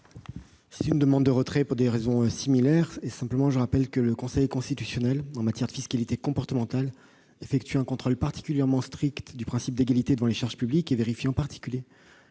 en demander le retrait. Quel est l'avis du Gouvernement ? Je rappelle que le Conseil constitutionnel, en matière de fiscalité comportementale, effectue un contrôle particulièrement strict du principe d'égalité devant les charges publiques et vérifie, en particulier,